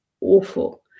awful